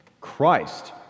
Christ